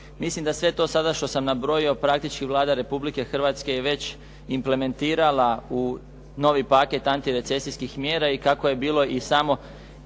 Mislim da sve to sada što sam nabrojio praktički Vlada Republike Hrvatske je već implementirala u novi paket antirecesijskih mjera i kako je bilo samo